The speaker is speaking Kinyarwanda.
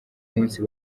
munsi